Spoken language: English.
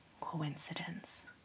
coincidence